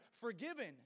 forgiven